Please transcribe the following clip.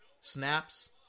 Snaps